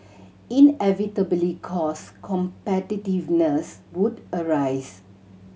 inevitably cost competitiveness would arise